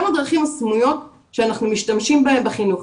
הדרכים הסמויות שאנחנו משתמשים בהן בחינוך.